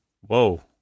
Whoa